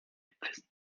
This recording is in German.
halbwissen